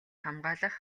хамгаалах